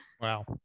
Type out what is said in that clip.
Wow